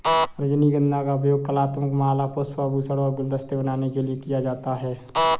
रजनीगंधा का उपयोग कलात्मक माला, पुष्प, आभूषण और गुलदस्ते बनाने के लिए किया जाता है